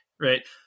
right